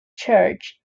church